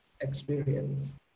experience